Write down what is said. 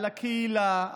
על הקהילה,